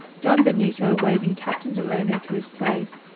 don benito waving captain delano to his place,